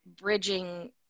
bridging